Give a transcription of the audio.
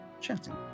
chatting